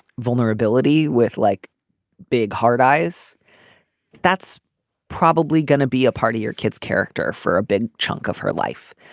vulnerability with like big hard eyes that's probably going to be a part of your kid's character for a big chunk of her life.